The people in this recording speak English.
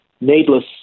needless